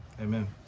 amen